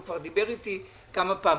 הוא דיבר איתי כבר כמה פעמים.